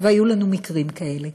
והיו לנו מקרים כאלה.